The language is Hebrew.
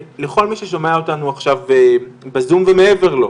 לכל מי ששומע אותנו עכשיו בzoom ומעבר לו,